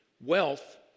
Wealth